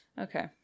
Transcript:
Okay